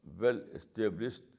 well-established